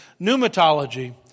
Pneumatology